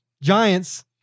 Giants